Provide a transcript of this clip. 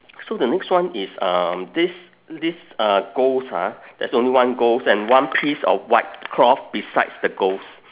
so the next one is um this this uh ghost ah there's only one ghost and one piece of white cloth besides the ghost